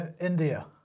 India